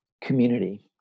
community